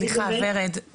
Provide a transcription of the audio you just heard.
סליחה ורד,